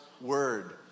word